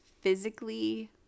physically